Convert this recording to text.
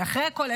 כי אחרי הכול,